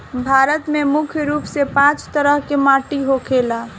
भारत में मुख्य रूप से पांच तरह के माटी होखेला